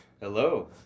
Hello